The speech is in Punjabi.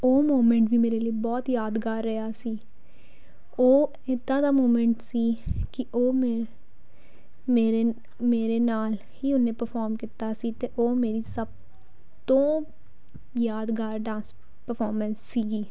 ਉਹ ਮੂਮਮੈਂਟ ਵੀ ਮੇਰੇ ਲਈ ਬਹੁਤ ਯਾਦਗਾਰ ਰਿਹਾ ਸੀ ਉਹ ਇੱਦਾਂ ਦਾ ਮੂਮੈਂਟ ਸੀ ਕਿ ਉਹ ਮੈਂ ਮੇਰੇ ਮੇਰੇ ਨਾਲ ਹੀ ਉਹਨੇ ਪਰਫੋਰਮ ਕੀਤਾ ਸੀ ਅਤੇ ਉਹ ਮੇਰੀ ਸਭ ਤੋਂ ਯਾਦਗਾਰ ਡਾਂਸ ਪਰਫੋਰਮੈਂਸ ਸੀਗੀ